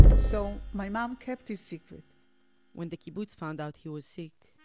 so, my mom kept his secret when the kibbutz found out he was sick,